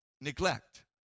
neglect